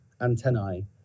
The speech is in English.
antennae